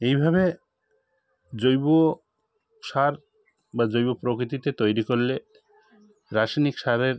এইভাবে জৈব সার বা জৈব প্রকৃতিতে তৈরি করলে রাসায়নিক সারের